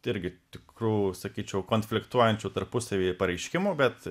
tirgi tikrų sakyčiau konfliktuojančių tarpusavyje pareiškimų bet